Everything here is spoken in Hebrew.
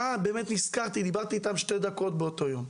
אז היא אמרה שהיא באמת נזכרה שהיא דיברה איתם שתי דקות באותו יום.